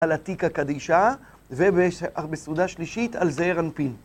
על עתיקא קדישא ובסעודה שלישית על זעיר אנפין.